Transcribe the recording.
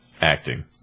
acting